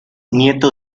nieto